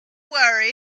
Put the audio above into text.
worry